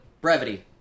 brevity